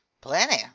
Plenty